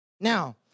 Now